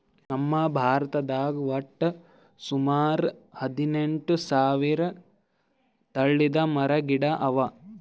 ನಮ್ ಭಾರತದಾಗ್ ವಟ್ಟ್ ಸುಮಾರ ಹದಿನೆಂಟು ಸಾವಿರ್ ತಳಿದ್ ಮರ ಗಿಡ ಅವಾ